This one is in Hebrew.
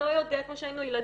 אני לא יודע" כמו שהיינו ילדים.